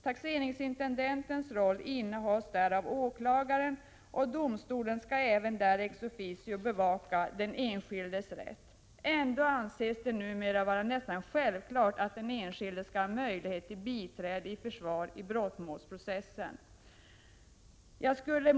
Taxeringsintendentens roll innehas där av åklagaren, och domstolen skall även där ex officio bevaka den enskildes rätt. Ändå anses det numera vara nästan självklart att den enskilde skall ha möjlighet till biträde av försvar i en brottmålsprocess.